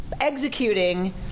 executing